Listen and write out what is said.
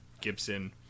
Gibson